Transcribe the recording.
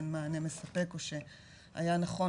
מענה מספק או שהיה נכון,